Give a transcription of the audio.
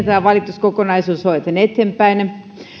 tämä valituskokonaisuus hoidetaan eteenpäin varmasti tulen saamaan lisätietoa